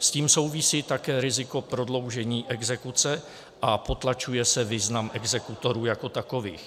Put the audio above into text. S tím souvisí také riziko prodloužení exekuce a potlačuje se význam exekutorů jako takových.